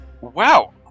wow